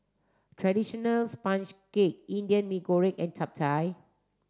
traditional sponge cake Indian Mee Goreng and Chap Chai